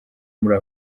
muri